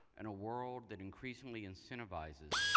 in a world that increasingly incentivizes,